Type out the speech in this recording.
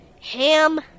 ham